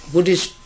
Buddhist